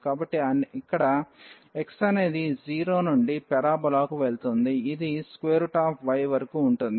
కాబట్టి ఇక్కడ x అనేది 0 నుండి ఈ పారాబోలాకు వెళుతుంది ఇది y వరకు ఉంటుంది